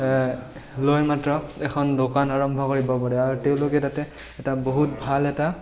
লৈ মাত্ৰ এখন দোকান আৰম্ভ কৰিব পাৰে আৰু তেওঁলোকে তাতে এটা বহুত ভাল এটা